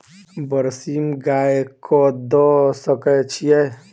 बरसीम गाय कऽ दऽ सकय छीयै?